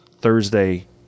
Thursday